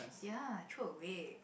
ya throw away